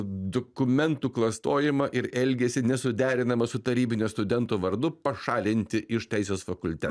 dokumentų klastojimą ir elgesį nesuderinamą su tarybinio studento vardu pašalinti iš teisės fakulteto